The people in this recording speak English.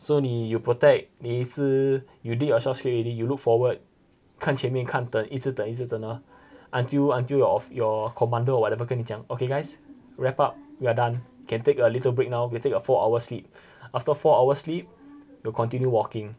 so 你 you protect 你一直 you dig your shell scrape ready you look foward 看前面看等一直等一直等 oh until until your your commando or whatever 跟你讲 okay guys wrap up you're done can take a little break now we'll take a four hours sleep after four hour sleep you'll continue walking